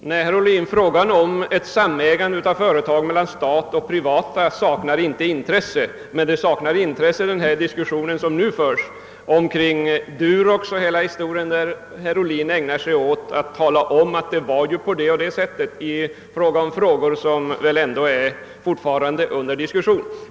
Herr talman! Nej! herr Ohlin, frågan om information och om ett samägande av företag mellan staten och privata saknar inte intresse, men det saknar intresse i den debatt som här förs om Durox, där herr Ohlin ägnar sig åt att påstå att det ju var på det och det sättet, trots att det gäller spörsmål som väl fortfarande är under diskussion.